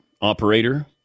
Operator